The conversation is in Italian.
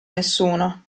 nessuno